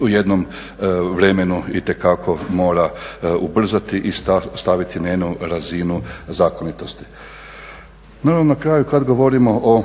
u jednom vremenu itekako mora ubrzati i staviti na jednu razinu zakonitosti. Naravno na kraju kad govorimo o